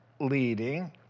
leading